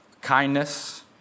kindness